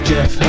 Jeff